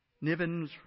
Nivens